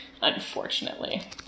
Unfortunately